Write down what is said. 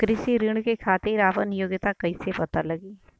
कृषि ऋण के खातिर आपन योग्यता कईसे पता लगी?